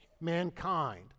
mankind